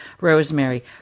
Rosemary